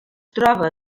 troba